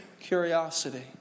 curiosity